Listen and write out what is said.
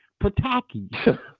Pataki